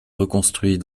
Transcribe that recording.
reconstruits